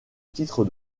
titre